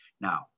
Now